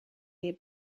des